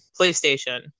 PlayStation